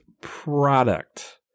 product